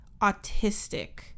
autistic